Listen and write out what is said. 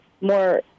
more